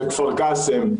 בכפר קאסם,